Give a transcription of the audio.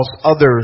others